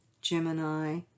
Gemini